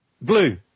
Blue